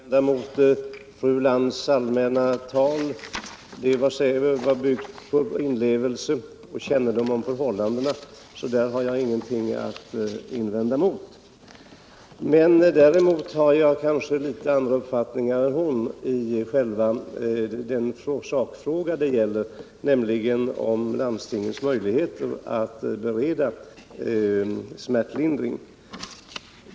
Herr talman! Jag har inget att invända mot Inga Lantz allmänna tal. Det var säkert byggt på inlevelse och kännedom om förhållandena. Däremot har jag kanske en annan uppfattning om själva sakfrågan, nämligen om landstingens möjligheter att bereda smärtlindring.